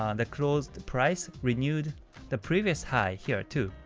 um the closed price renewed the previous high here, too.